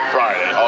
Friday